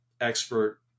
expert